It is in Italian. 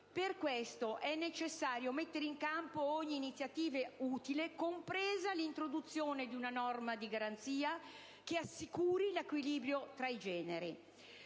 Per questo è necessario mettere in campo ogni utile iniziativa, compresa l'introduzione di una norma di garanzia che assicuri l'equilibrio tra i generi.